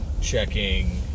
checking